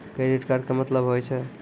Credit card के मतलब होय छै?